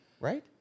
right